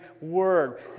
word